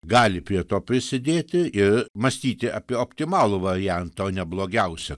gali prie to prisidėti ir mąstyti apie optimalų variantą o ne blogiausią